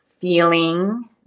feeling